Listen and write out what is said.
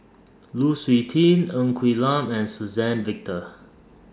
Lu Suitin Ng Quee Lam and Suzann Victor